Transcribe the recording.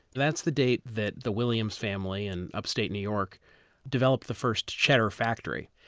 that's the date that the williams family in upstate new york developed the first cheddar factory.